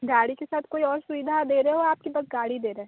गाड़ी के साथ कोई और सुविधा दे रहे हो आप कि बस गाड़ी दे रहे